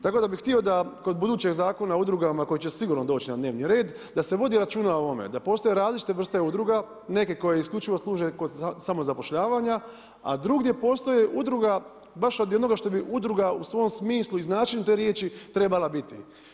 Tako da bih htio da kod budućeg Zakona o udrugama koji će sigurno doći na dnevni red da se vodi računa o ovome da postoje različite vrste udruga, neke koje isključivo služe kod samozapošljavanja, a drugdje postoji udruga baš od jednoga što bi udruga u svom smislu i značenju te riječi trebala biti.